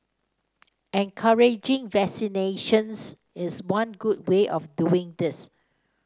encouraging vaccinations is one good way of doing this